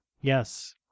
Yes